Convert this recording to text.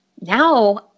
Now